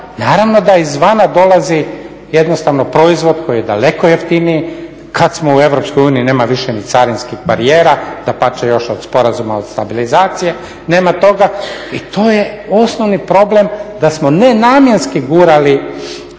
Naravno da izvana dolazi jednostavno proizvod koji je daleko jeftiniji. Kad smo u EU nema više ni carinskih barijera, dapače još od sporazuma o stabilizaciji nema toga i to je osnovni problem da smo nenamjenski gurali